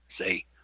say